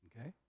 Okay